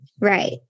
Right